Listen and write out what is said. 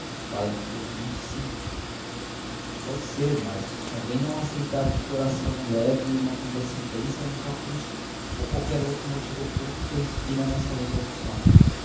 valem por vinte e cinco pode ser mas convém não aceitar de coração leve uma condescendência ou um capricho ou qualquer outro motivo oculto que a inspira nesta resolução